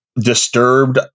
disturbed